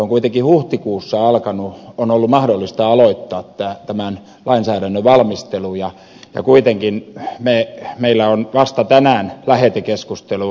on kuitenkin huhtikuussa ollut mahdollista aloittaa tämän lainsäädännön valmistelu ja kuitenkin meillä on vasta tänään lähetekeskustelu